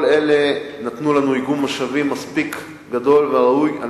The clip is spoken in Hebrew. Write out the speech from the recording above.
כל אלה נתנו לנו איגום משאבים מספיק גדול וראוי על